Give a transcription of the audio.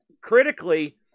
Critically